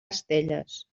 estelles